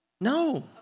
No